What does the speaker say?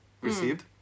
received